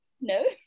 No